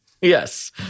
Yes